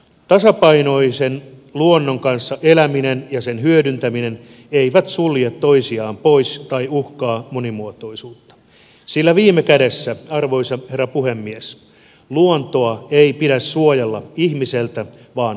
tasapainoinen luonnon kanssa eläminen ja sen hyödyntäminen eivät sulje toisiaan pois tai uhkaa monimuotoisuutta sillä viime kädessä arvoisa herra puhemies luontoa ei pidä suojella ihmiseltä vaan ihmisille